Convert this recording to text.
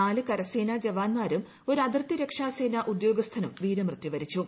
നാല് കുർദ്സനാ ജവാന്മാരും ഒരു അതിർത്തി രക്ഷാസേന ഉദ്യോഗസ്മില്ലും വീരമൃത്യു വരിച്ചു